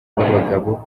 b’abagabo